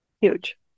huge